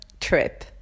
trip